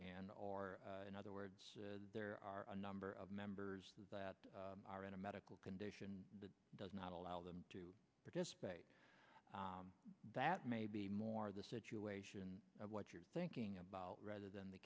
and or in other words there are a number of members that are in a medical condition that does not allow them to participate that may be more the situation of what you're thinking about rather than the